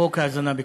לחוק ההזנה בכפייה.